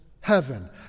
heaven